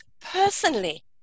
personally